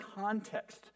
context